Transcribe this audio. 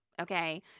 Okay